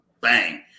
bang